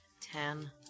Ten